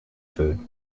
food